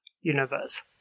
universe